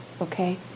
okay